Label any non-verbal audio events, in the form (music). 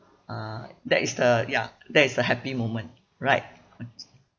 uh that is the ya that is a happy moment right (noise)